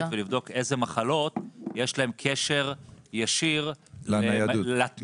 ולבדוק איזה מחלות יש להן קשר ישיר לתנועה.